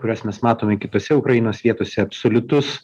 kuriuos mes matome ir kitose ukrainos vietose absoliutus